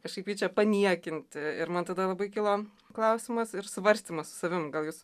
kažkaip ji čia paniekinti ir man tada labai kilo klausimas ir svarstymas su savim gal jūs